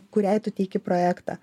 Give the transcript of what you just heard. kuriai tu teiki projektą